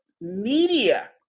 media